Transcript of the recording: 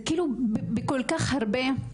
זה כאילו בכל כך הרבה מישורים,